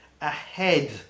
ahead